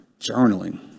Journaling